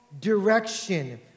direction